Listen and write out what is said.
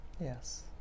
Yes